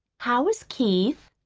how's keith?